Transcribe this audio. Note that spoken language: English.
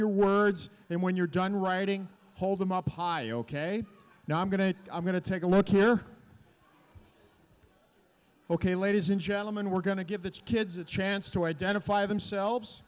your words and when you're done writing hold them up high ok now i'm going to i'm going to take a look here ok ladies and gentlemen we're going to give its kids a chance to identify themselves